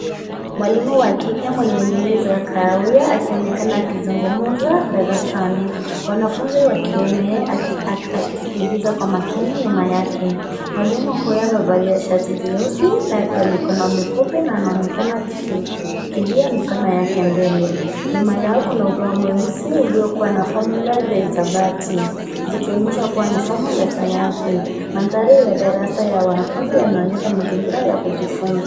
Mwalimu wa kike mwenye nywele za kahawia akionekana akizungumza darasani. Mwanafunzi wa kiume akisikiliza kwa makini nyuma yake. Mwalimu huyo amevalia shati jeusi la mikono mifupi na anaonekana akishikilia mikono yake mbele. Nyuma yao kuna ubao mweusi uliokuwa na fomula za hisabati likionyesha kuwa ni somo la sayansi. Mandhari ya darasa ya wanafunzi yanaonyesha mazingira ya kujifunza.